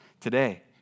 today